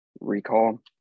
recall